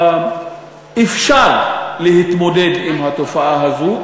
שאפשר להתמודד עם התופעה הזאת,